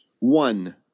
One